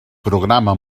programa